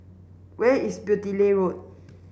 where is Beaulieu Road